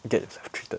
get yourself treated